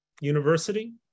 University